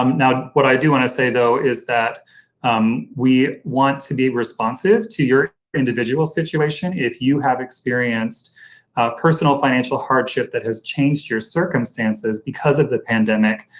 um now, what i do want to say though, is that we want to be responsive to your individual situation. if you have experienced personal financial hardship that has changed your circumstances because of the pandemic,